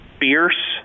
fierce